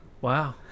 Wow